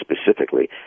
specifically